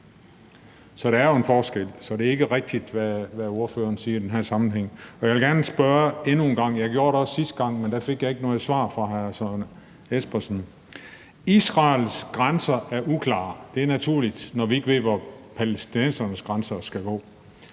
så der er jo en forskel. Så det er ikke rigtigt, hvad ordføreren siger i den her sammenhæng. Og jeg vil gerne spørge endnu en gang. Jeg gjorde det også sidste gang, men da fik jeg ikke noget svar fra hr. Søren Espersen. Israels grænser er uklare. Det er naturligt, når vi ikke ved, hvor palæstinensernes grænserne skal gå.